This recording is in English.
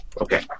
Okay